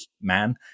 man